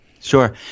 Sure